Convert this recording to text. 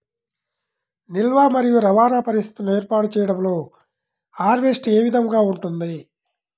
నిల్వ మరియు రవాణా పరిస్థితులను ఏర్పాటు చేయడంలో హార్వెస్ట్ ఏ విధముగా ఉంటుంది?